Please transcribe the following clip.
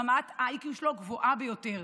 ורמת ה-IQ שלו גבוהה ביותר.